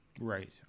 Right